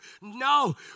No